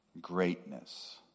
greatness